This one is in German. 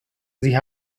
sie